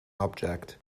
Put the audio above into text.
object